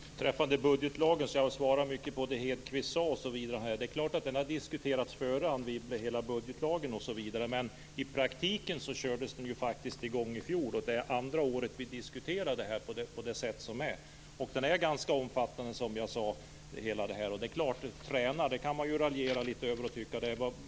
Herr talman! Det är klart att hela budgetlagen diskuterats förut, men i praktiken kördes den ju faktiskt i gång i fjol. Det är andra året vi diskuterar den på det här sättet. Allt detta är ganska omfattande, som jag sade, och visst kan man raljera över begreppet träna.